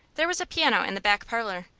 there was a piano in the back parlor.